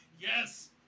Yes